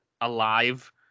alive